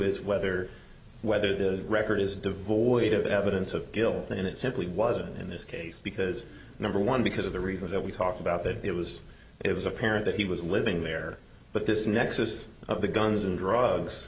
is whether whether the record is devoid of evidence of guilt and it simply wasn't in this case because number one because of the reasons that we talked about that it was it was apparent that he was living there but this nexus of the guns and drugs